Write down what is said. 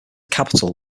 capital